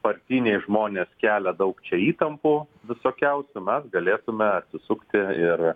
partiniai žmonės kelia daug čia įtampų visokiausių mes galėtume atsisukti ir